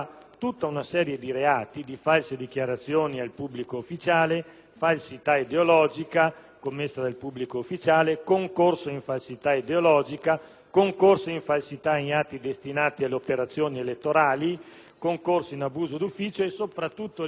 falsità ideologica commessa dal pubblico ufficiale, concorso in falsità ideologica, concorso in falsità in atti destinati ad operazioni elettorali, concorso in abuso di ufficio e soprattutto attentato contro i diritti politici del cittadino.